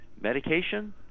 medication